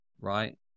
Right